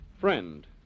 friend